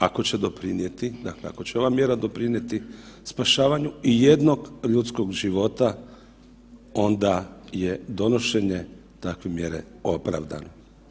Ako će doprinijeti, ako će ova mjera doprinijeti spašavanju i jednog ljudskog života, onda je donošenje takve mjere opravdano.